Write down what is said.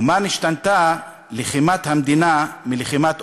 ומה נשתנתה לחימת המדינה מלחימת אויביה?